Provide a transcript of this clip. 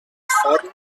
forn